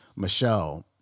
Michelle